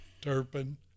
Turpin